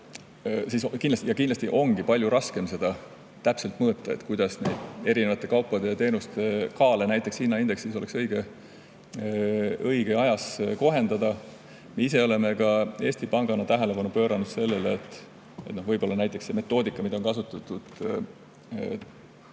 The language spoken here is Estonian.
ja kindlasti ongi palju raskem täpselt mõõta, kuidas erinevate kaupade ja teenuste kaale näiteks hinnaindeksis oleks õige ajas kohendada. Me ise oleme ka Eesti Pangas tähelepanu pööranud sellele, et võib-olla näiteks see metoodika, mida on kasutatud